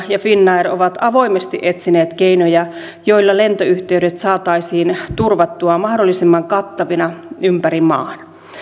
ja finnair ovat avoimesti etsineet keinoja joilla lentoyhteydet saataisiin turvattua mahdollisimman kattavina ympäri maan